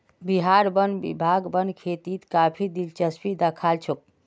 बिहार वन विभाग वन खेतीत काफी दिलचस्पी दखा छोक